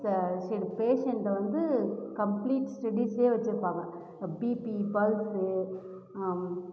சில பேஷண்ட்டை வந்து கம்ப்ளீட் ஸ்டடீசில் வச்சுருப்பாங்க பீபீ பல்சு